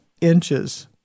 inches